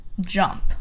jump